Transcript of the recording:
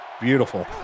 beautiful